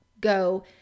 go